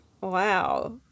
Wow